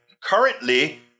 currently